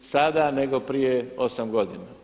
sada nego prije 8 godina.